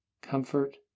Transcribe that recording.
comfort